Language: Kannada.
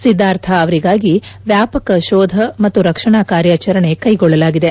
ಸಿದ್ದಾರ್ಥ ಅವರಿಗಾಗಿ ವ್ಯಾಪಕ ಶೋಧ ಮತ್ತು ರಕ್ಷಣಾ ಕಾರ್ಯಾಚರಣೆ ಕೈಗೊಳ್ಳಲಾಗಿದೆ